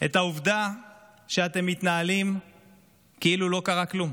את העובדה שאתם מתנהלים כאילו לא קרה כלום,